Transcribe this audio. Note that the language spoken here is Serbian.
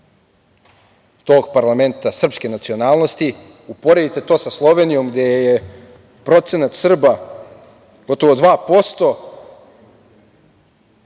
tog parlamenta srpske nacionalnosti, uporedite to sa Slovenijom gde je procenat Srba gotovo 2%,